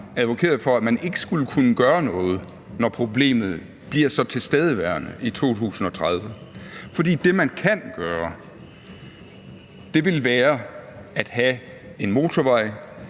advokeret for, at man ikke skulle kunne gøre noget, når problemet blev så tilstedeværende i 2030. For det, man kan gøre, vil være at have en motorvej,